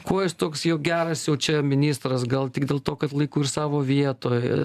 kuo jis toks jau geras jau čia ministras gal tik dėl to kad laiku ir savo vietoj